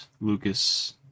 Lucas